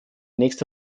nächste